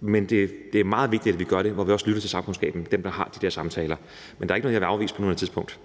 Men det er meget vigtigt, at vi også lytter til sagkundskaben – dem, der har de her samtaler – men der er ikke noget, jeg vil afvise på nuværende tidspunkt.